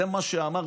זה מה שאמר,